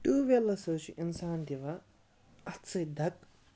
tube wells حظ چھُ اِنسان دِوان اَتھٕ سۭتۍ دَکہٕ